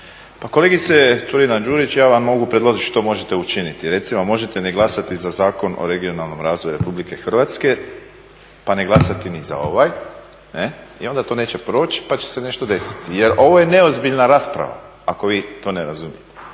Pa kolegice Turina-Đurić ja vam mogu predložiti što možete učiniti. Recimo možete ne glasati Zakon o regionalnom razvoju RH pa ne glasati ni za ovaj i onda to neće proći pa će se nešto desiti. Jer ovo je neozbiljna rasprava ako vi to ne razumijete.